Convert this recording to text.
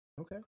Okay